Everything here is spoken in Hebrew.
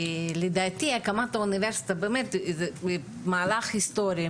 לדעתי הקמת האוניברסיטה זה באמת מהלך היסטורי,